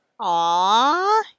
Aww